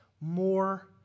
more